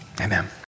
amen